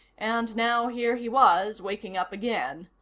and now here he was, waking up again.